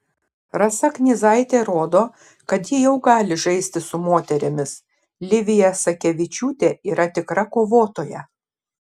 rasa knyzaitė rodo kad ji jau gali žaisti su moterimis livija sakevičiūtė yra tikra kovotoja